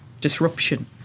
disruption